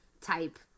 type